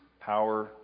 power